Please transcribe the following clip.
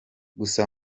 gusa